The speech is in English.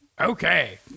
Okay